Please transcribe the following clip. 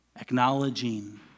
acknowledging